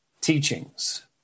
teachings